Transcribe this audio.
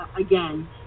again